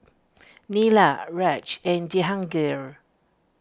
Neila Raj and Jehangirr